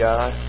God